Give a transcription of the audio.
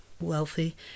wealthy